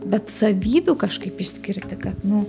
bet savybių kažkaip išskirti kad nu